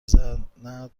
زند